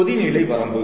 கொதிநிலை வரம்பு